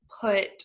put